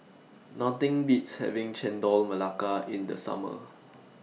Nothing Beats having Chendol Melaka in The Summer